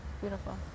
Beautiful